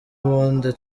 ubundi